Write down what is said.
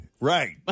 Right